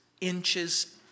inches